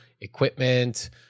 equipment